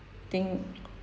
think